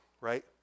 right